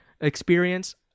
experience